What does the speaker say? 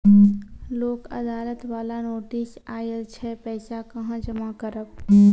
लोक अदालत बाला नोटिस आयल छै पैसा कहां जमा करबऽ?